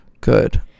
Good